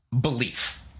belief